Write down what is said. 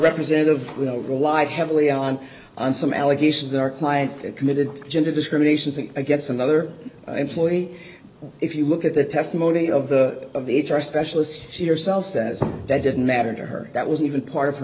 representative will rely heavily on and some allegations that our client committed gender discrimination against another employee if you look at the testimony of the of it's our specialist she herself says that didn't matter to her that was even part of her